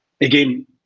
again